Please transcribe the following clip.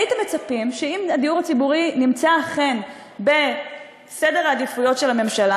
הייתם מצפים שאם הדיור הציבורי נמצא אכן בסדר העדיפויות של הממשלה,